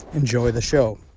enjoy the show